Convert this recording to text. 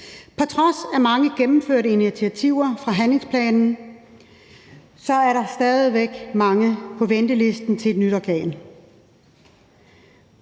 På trods af mange gennemførte initiativer fra handlingsplanen er der stadig væk mange på ventelisten til et nyt organ.